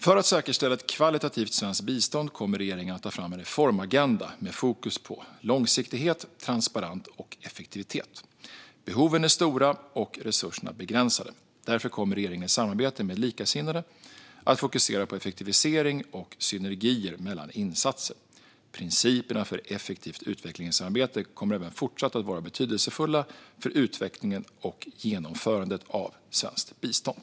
För att säkerställa ett kvalitativt svenskt bistånd kommer regeringen att ta fram en reformagenda med fokus på långsiktighet, transparens och effektivitet. Behoven är stora och resurserna begränsade. Därför kommer regeringen i samarbete med likasinnade att fokusera på effektivisering och synergier mellan insatser. Principerna för effektivt utvecklingssamarbete kommer även fortsatt att vara betydelsefulla för utvecklingen och genomförandet av svenskt bistånd.